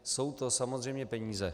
Jsou to samozřejmě peníze.